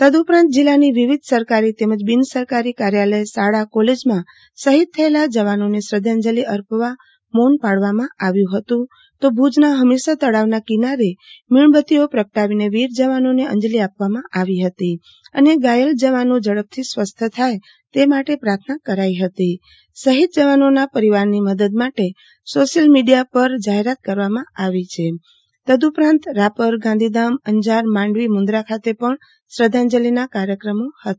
તંદઉપરાંત જીલાની વિવિધ સરકારી તેમજ બિનસરકારી કાર્યાલયશાખાકોલેજમાં શહીદ થયેલ જવાનોને શ્રધાંજલિ આપવા મોંન પાળવામાં આવ્યું હતું તો ભુજના હમીરસર તળાવના કિનારે મીણબતીઓ પ્રગટાવીને વીર જવાનોને અંજલી આપવામાં આવી હતી અને ઘાયલ જવાનોને ઝડપ થી સ્વસ્થ થાય તે માટે પાર્થના કરાઈ હતી શહીદ જવાનોને પરિવારની મદદ માટે શોશિયલ મીડિયા પર જાહેરાત કરવામાં આવી છે તદઉપરાંત રાપરગાંધીધામ અંજારમાંડવીમુન્દ્રા ખાતે પણ જવાનોને શ્રધાંજલિ અપાઈ હતી